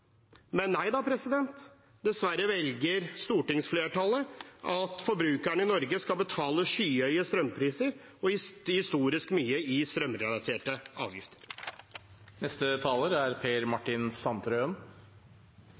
Dessverre velger stortingsflertallet at forbrukerne i Norge skal betale skyhøye strømpriser og historisk mye i strømrelaterte avgifter. Jeg hører at representanten Wiborg angriper andre partier for å ville ha høyere strømpris. Det er